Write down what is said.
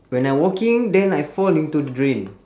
when I walking then I fall into the drain